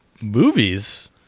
movies